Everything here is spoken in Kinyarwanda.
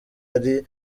ari